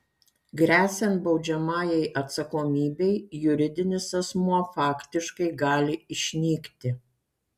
gresiant baudžiamajai atsakomybei juridinis asmuo faktiškai gali išnykti